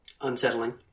unsettling